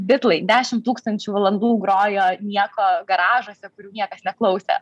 bitlai dešim tūkstančių valandų grojo nieko garažuose kur jų niekas neklausė